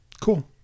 Cool